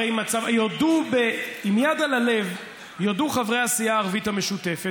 הרי עם יד על הלב יודו חברי הסיעה הערבית המשותפת,